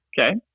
Okay